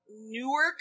Newark